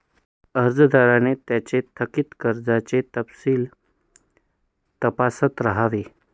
कर्जदारांनी त्यांचे थकित कर्जाचे तपशील तपासत राहावे